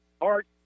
art